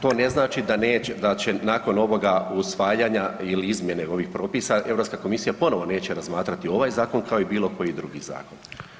To ne znači da neće, da će nakon ovoga usvajanja ili izmjene ovih propisa Europska komisija ponovo neće razmatrati ovaj zakon kao i bilo koji drugi zakon.